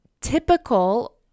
typical